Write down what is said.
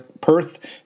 perth